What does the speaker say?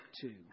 two